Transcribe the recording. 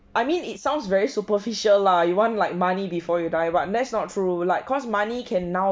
I mean it sounds very superficial lah you want like money before you die but that's not true like cost money can now